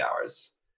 hours